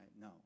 No